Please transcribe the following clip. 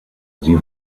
sie